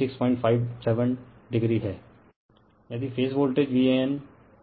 refer slide time 1519 यदि phase voltage